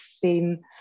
thin